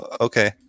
okay